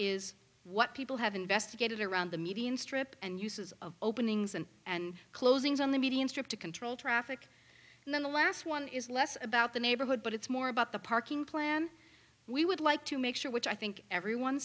people have investigated around the median strip and uses of openings and and closings on the median strip to control traffic and then the last one is less about the neighborhood but it's more about the parking plan we would like to make sure which i think everyone